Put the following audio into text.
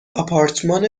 آپارتمان